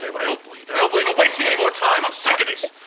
i don't believe. i don't believe in wasting any more time. i'm sick of this.